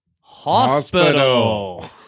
Hospital